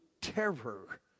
terror